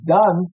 done